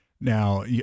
Now